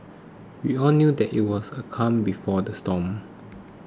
we all knew that it was a calm before the storm